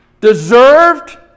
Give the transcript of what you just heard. deserved